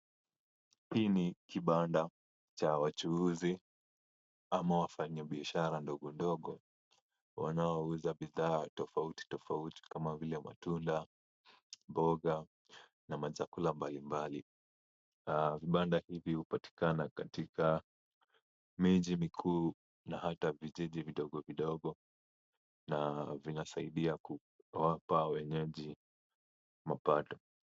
Hii ni kibanda cha wachuuzi au wafanya biashara ndogo ndogo wanaouza bidhaa tofauti tofauti, kama vile matunda, mboga na machakula mbalimbali. Banda linapatikana katika miji mikuu na hata vijiji vidogovidogo na vinasaidia kuwapa wenyeji mapato.